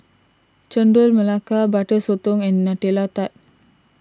Chendol Nelaka Butter Sotong and Nutella Tart